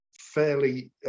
fairly